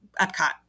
Epcot